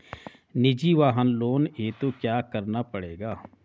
निजी वाहन लोन हेतु क्या करना पड़ेगा?